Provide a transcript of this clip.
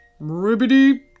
Ribbity